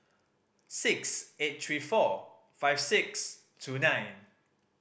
six eight three four five six two nine